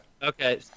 Okay